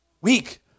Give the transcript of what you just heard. Weak